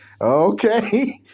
okay